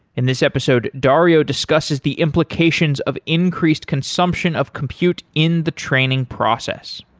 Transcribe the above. in this episode, dario discusses the implications of increased consumption of compute in the training process.